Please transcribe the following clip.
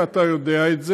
ואתה יודע את זה,